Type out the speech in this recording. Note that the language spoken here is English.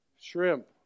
Shrimp